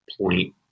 point